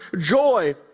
joy